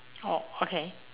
oh okay